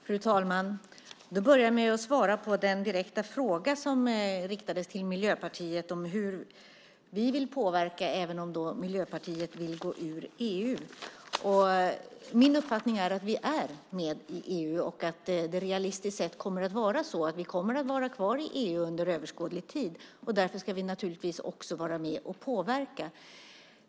Fru talman! Jag börjar med att svara på den direkta fråga som riktades till Miljöpartiet om hur vi vill påverka även om vi vill gå ur EU. Min uppfattning är att vi är med i EU och att vi realistiskt sett kommer att vara kvar i EU under överskådlig tid. Därför ska vi naturligtvis också vara med och påverka.